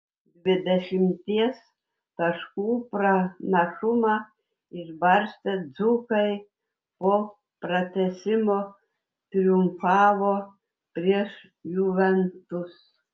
dvidešimties taškų pranašumą išbarstę dzūkai po pratęsimo triumfavo prieš juventus